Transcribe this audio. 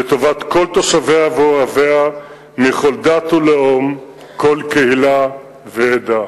לטובת כל תושביה ואוהביה מכל דת ולאום וכל קהילה ועדה.